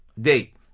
date